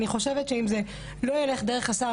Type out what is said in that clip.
אני חושבת שאם זה לא יילך דרך השר,